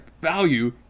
value